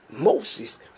Moses